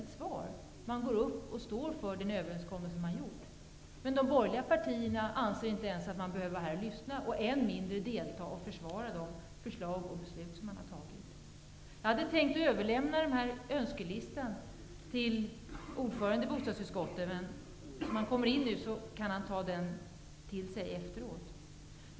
De går upp i talarstolen och står för den överenskommelse som man träffat. De borgerliga partierna anser inte att man ens behöver vara här och lyssna, än mindre delta och försvara de förslag som man varit med om att lägga fram och fattat beslut om. Jag hade tänkt att överlämna den här önskelistan till ordföranden i bostadsutskottet. Om han nu kommer in i kammaren kan han få ta del av listan efteråt.